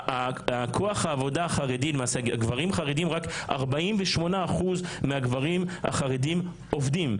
כוח העבודה החרדי 48% מהגברים החרדים עובדים,